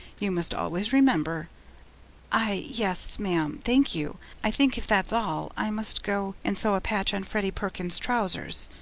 you must always remember i yes, ma'am, thank you. i think, if that's all, i must go and sew a patch on freddie perkins's trousers